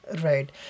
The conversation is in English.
Right